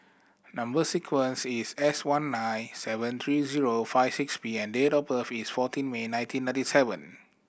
number sequence is S one nine seven three zero five six P and date of birth is fourteen May nineteen ninety seven